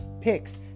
picks